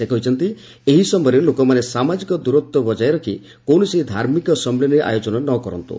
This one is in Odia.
ସେ କହିଛନ୍ତି ଏହି ସମୟରେ ଲୋକମାନେ ସାମାଜିକ ଦୂରତ୍ୱ ବଜାୟ ରଖି କୌଣସି ଧାର୍ମିକ ସମ୍ମିଳନୀ ଆୟୋଜନ ନ କରନ୍ତୁ